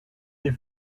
des